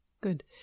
Good